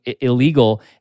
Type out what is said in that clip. illegal